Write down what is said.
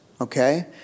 okay